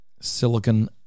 Silicon